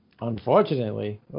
Unfortunately